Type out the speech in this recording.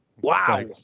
Wow